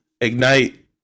Ignite